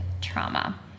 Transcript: trauma